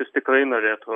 jis tikrai norėtų